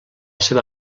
seva